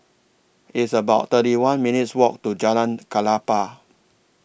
It's about thirty one minutes' Walk to Jalan Klapa